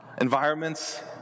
environments